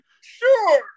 sure